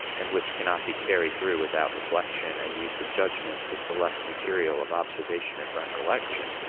and which cannot be carried through without reflection and use of judgment to select material of observation and recollection,